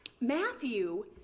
Matthew